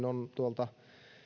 on tuolta